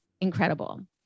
incredible